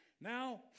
Now